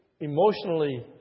emotionally